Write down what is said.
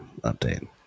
update